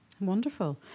Wonderful